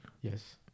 Yes